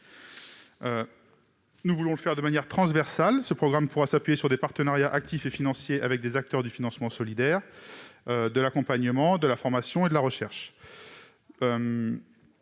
Nous voulons le faire de manière transversale ; ce programme pourra s'appuyer sur des partenariats actifs et financiers avec des acteurs du financement solidaire de l'accompagnement, de la formation et de la recherche.